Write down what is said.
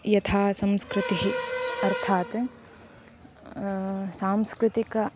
यथा संस्कृतिः अर्थात् सांस्कृतिकानि